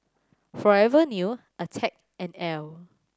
Forever New Attack and Elle